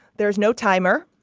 there's no timer.